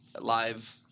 live